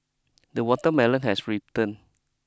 the watermelon has written